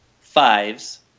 Fives